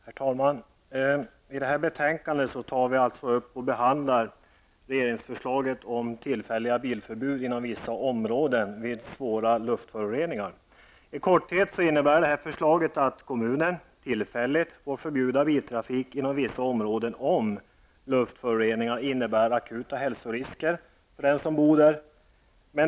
Herr talman! I detta betänkande tar vi upp och behandlar regeringsförslaget om tillfälliga bilförbud inom vissa områden vid svåra luftföroreningar. I korthet innebär förslaget att kommunen tillfälligt får förbjuda biltrafik inom vissa områden om luftföroreningar innebär akuta hälsorisker för dem som bor där.